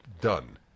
done